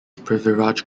prithviraj